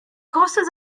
courses